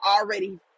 already